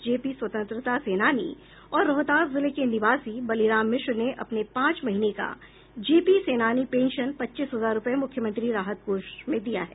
JP स्वतंत्रता सेनानी और रोहतास जिले के निवासी बलिराम मिश्र ने अपने पांच महीने का जेपी सेनानी पेंशन पच्चीस हजार रुपये मुख्यमंत्री राहत कोष में दिया है